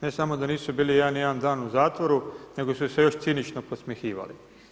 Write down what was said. Ne samo da nisu bili jedan jedini dan u zatvoru, nego su se još cinično podsmjehivali.